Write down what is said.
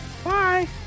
Bye